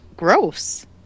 gross